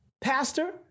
pastor